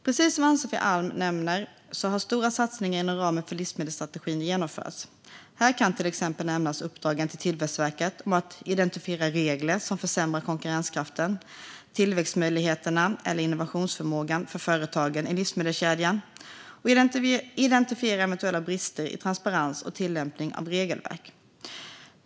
Precis som Ann-Sofie Alm nämner har stora satsningar inom ramen för livsmedelsstrategin genomförts. Här kan till exempel nämnas uppdragen till Tillväxtverket att identifiera regler som försämrar konkurrenskraften, tillväxtmöjligheterna eller innovationsförmågan för företagen i livsmedelskedjan och att identifiera eventuella brister i transparens och tillämpning av regelverk.